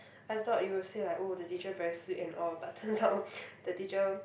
I thought you will say like oh the teacher very sweet and all but turns out the teacher